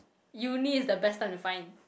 uni is the best time to find